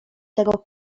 tego